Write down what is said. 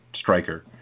striker